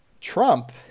Trump